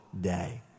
day